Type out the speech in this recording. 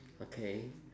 okay